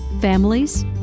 families